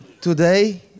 Today